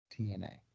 TNA